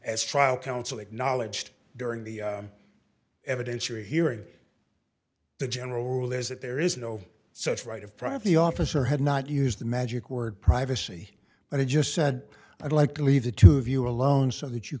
as trial counsel acknowledged during the evidence or hearing the general rule is that there is no such right of privacy officer had not used the magic word privacy and i just said i'd like to leave the two of you alone so that you